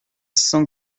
cent